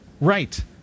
right